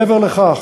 מעבר לכך,